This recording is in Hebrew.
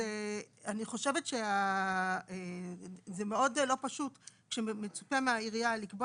אז אני חושבת שזה מאוד לא פשוט כשמצופה מהעירייה לקבוע